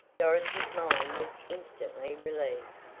dorothy's mind was instantly relieved.